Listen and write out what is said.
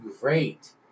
great